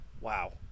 wow